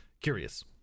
Curious